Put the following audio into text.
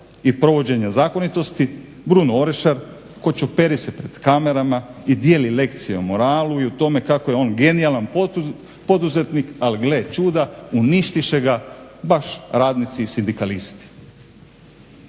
i provođenja zakonitosti Bruno Orešar kočoperi se pred kamerama i dijeli lekcije o moralu i o tome kako je on genijalan poduzetnik. Ali gle čuda uništiše ga baš radnici i sindikalisti.